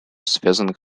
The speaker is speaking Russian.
связанных